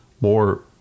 more